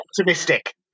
Optimistic